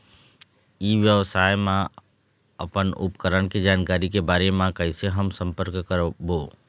ई व्यवसाय मा अपन उपकरण के जानकारी के बारे मा कैसे हम संपर्क करवो?